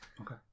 Okay